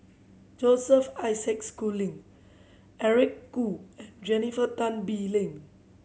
Joseph Isaac Schooling Eric Khoo and Jennifer Tan Bee Ling